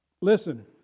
Listen